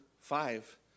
Five